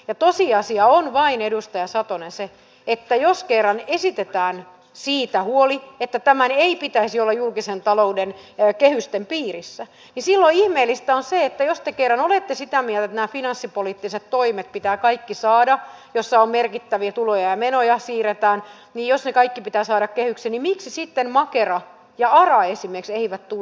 ja tosiasia on vain edustaja satonen se että jos kerran esitetään siitä huoli että tämän ei pitäisi olla julkisen talouden kehysten piirissä niin silloin ihmeellistä on se jos te kerran olette sitä mieltä että kehyksiin pitää saada kaikki nämä finanssipoliittiset toimet joissa merkittäviä tuloja ja menoja siirretään miksi sitten esimerkiksi makera ja ara eivät tulleet kehyksen piiriin